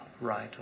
right